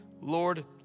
Lord